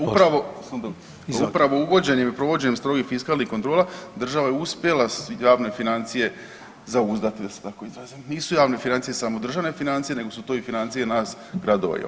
Upravo uvođenjem i provođenjem strogih fiskalnih kontrola, država je uspjela javne financije zauzdati, da se tako izrazim, nisu javne financije samo državne financije, nego su to i financije nas gradova i općina.